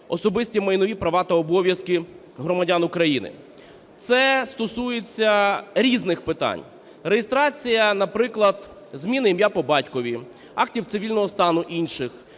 особисті майнові права та обов'язки громадян України. Це стосується різних питань. Реєстрація, наприклад, зміни імені, по батькові, актів цивільного стану інших.